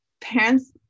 parents